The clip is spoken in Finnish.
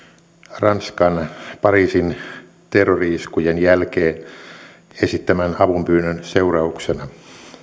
ranskan pariisin terrori iskujen jälkeen esittämän avunpyynnön seurauksena